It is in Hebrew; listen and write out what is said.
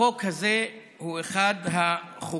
החוק הזה הוא אחד החוקים